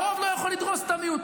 הרוב לא יכול לדרוס את המיעוט.